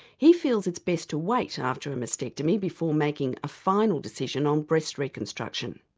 he feels it's best to wait after a mastectomy before making a final decision on breast reconstruction.